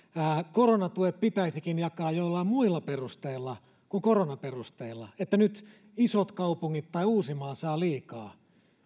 koronatuet pitäisikin jakaa joillain muilla perusteilla kuin koronaperusteilla että nyt isot kaupungit tai uusimaa saavat liikaa